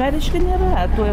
ką reiškia nėra tuoj